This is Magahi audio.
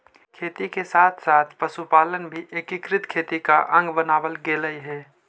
खेती के साथ साथ पशुपालन भी एकीकृत खेती का अंग बनवाल गेलइ हे